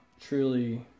truly